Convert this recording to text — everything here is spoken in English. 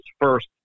first